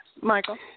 Michael